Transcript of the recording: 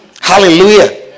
Hallelujah